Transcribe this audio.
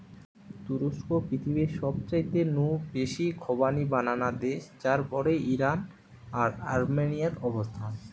তুরস্ক পৃথিবীর সবচাইতে নু বেশি খোবানি বানানা দেশ যার পরেই ইরান আর আর্মেনিয়ার অবস্থান